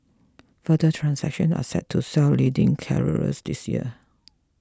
further transactions are set to swell leading carriers this year